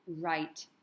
right